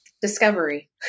Discovery